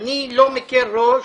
אני לא מקל ראש